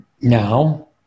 now